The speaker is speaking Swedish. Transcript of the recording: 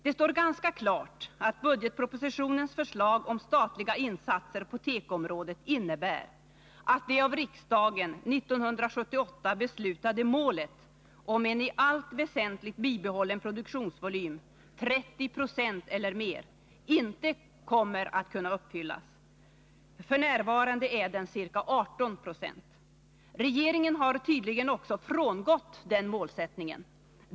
Det står ganska klart att budgetpropositionens förslag om statliga insatser på tekoområdet innebär att det av riksdagen 1978 beslutade målet om en i allt väsentligt bibehållen produktionsvolym inte kommer att kunna uppfyllas. F.n. är den ca 18 20. Regeringen har tydligen också frångått den måls ttningen.